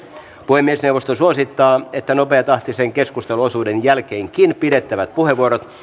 puhemiesneuvosto suosittaa että nopeatahtisen keskusteluosuuden jälkeenkin pidettävät puheenvuorot